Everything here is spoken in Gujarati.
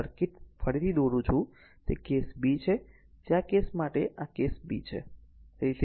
તેથી આ સર્કિટ ફરીથી દોરું છું તે કેસ b છે તે આ કેસ માટે છે આ કેસ b છે